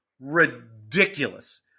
ridiculous